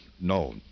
no